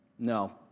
No